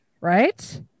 Right